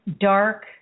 dark